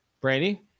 Brady